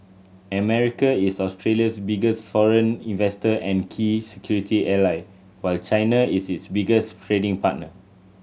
America is Australia's biggest foreign investor and key security ally while China is its biggest trading partner